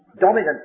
dominant